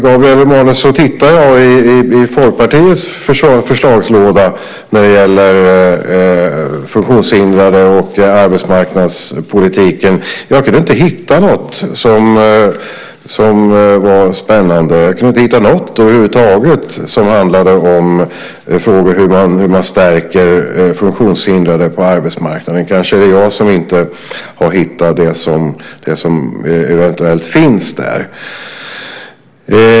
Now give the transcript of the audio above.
Jag tittade i Folkpartiets förslagslåda när det gäller funktionshindrade och arbetsmarknadspolitiken men kunde inte hitta något som var spännande. Jag kunde inte hitta något över huvud taget som handlade om frågor om hur man stärker funktionshindrade på arbetsmarknaden. Kanske är det jag som inte har hittat det som eventuellt finns där.